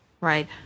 Right